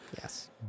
Yes